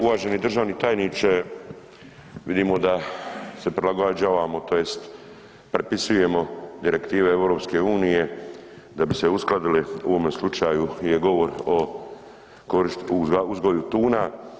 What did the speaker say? Uvaženi državni tajniče vidimo da se prilagođavamo tj. prepisujemo direktive EU da bi se uskladili, u ovome slučaju je govor o uzgoju tuna.